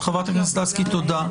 חברת הכנסת לסקי, תודה.